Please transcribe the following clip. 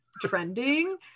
trending